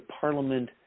parliament